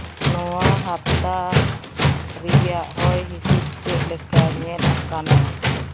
ᱱᱚᱣᱟ ᱦᱟᱯᱛᱟ ᱨᱮᱭᱟᱜ ᱦᱚᱭ ᱦᱤᱸᱥᱤᱫ ᱪᱮᱫ ᱞᱮᱠᱟ ᱧᱮᱞ ᱟᱠᱟᱱᱟ